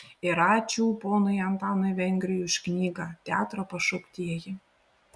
ir ačiū ponui antanui vengriui už knygą teatro pašauktieji